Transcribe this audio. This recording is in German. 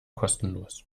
kostenlos